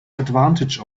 advantage